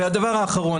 הדבר האחרון.